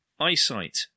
EyeSight